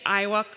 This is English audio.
Iowa